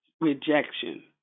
Rejection